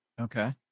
Okay